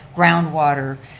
groundwater,